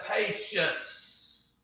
patience